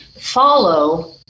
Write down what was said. follow